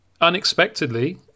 Unexpectedly